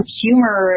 humor